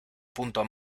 punto